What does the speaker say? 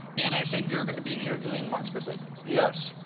and i understand you're going to be interviewing martin scorsese. yes.